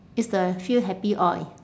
it's the feel happy oil